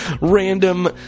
random